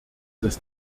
ist